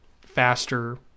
faster